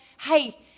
Hey